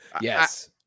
Yes